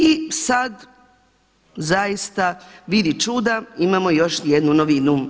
I sada zaista, vidi čuda, imamo još jednu novinu.